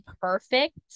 perfect